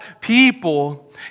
people